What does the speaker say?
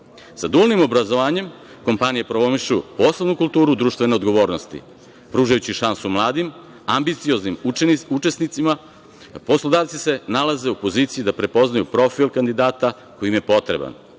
dualnim obrazovanjem kompanije promovišu poslovnu kulturu društvene odgovornosti, pružajući šansu mladim, ambicioznim učesnicima. Poslodavci se nalaze u poziciji da prepoznaju profil kandidata koji im je potreban.